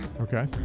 Okay